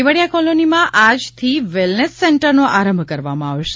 કેવડીયા કોલોનીમાં આજથી વેલનેસ સેન્ટરનો આરંભ કરવામાં આવશે